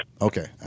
Okay